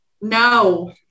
no